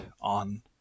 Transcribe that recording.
on